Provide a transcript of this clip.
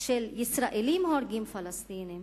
של ישראלים הורגים פלסטינים,